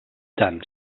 tant